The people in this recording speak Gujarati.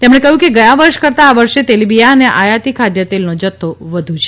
તેમણે કહ્યું કે ગયા વર્ષ કરતાં આ વર્ષે તેલીબીયાં અને આયાતી ખાદ્યતેલનો જથ્થો વધુ છે